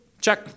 check